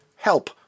help